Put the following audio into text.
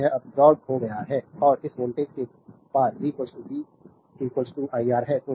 तो यह अब्सोर्बेद हो गया और इस वोल्टेज के पार v v iR है